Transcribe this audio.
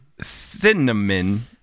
Cinnamon